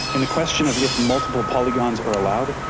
and the question of if multiple polygons are allowed,